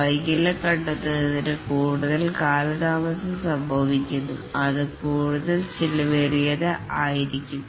വൈകല്യം കണ്ടെത്തുന്നതിന് കൂടുതൽ കാലതാമസം സംഭവിക്കുന്നുവെങ്കിൽ അത് കൂടുതൽ ചെലവേറിയത് ആയിരിക്കും